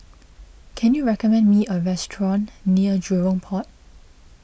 can you recommend me a restaurant near Jurong Port